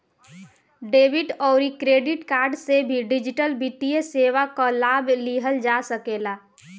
debit अउरी credit card से भी डिजिटल वित्तीय सेवा कअ लाभ लिहल जा सकेला